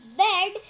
bed